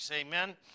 Amen